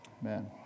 Amen